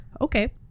Okay